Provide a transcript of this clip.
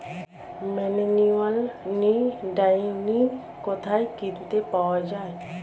Manual নিড়ানি কোথায় কিনতে পাওয়া যায়?